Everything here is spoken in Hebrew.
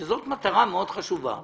שזאת מטרה מאוד חשובה,